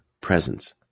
presence